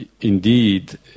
indeed